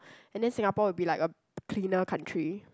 and then Singapore will be like a cleaner country